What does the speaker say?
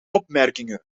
opmerkingen